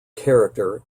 character